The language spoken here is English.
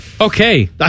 okay